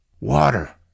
Water